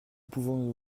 pouvons